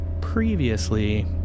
Previously